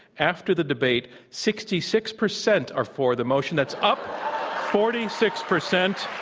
after the debate, sixty six percent are for the motion. that's up forty six percent.